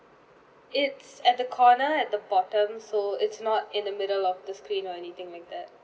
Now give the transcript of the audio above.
it's at the corner at the bottom so it's not in the middle of the screen or anything like that